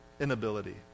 inability